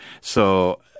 So-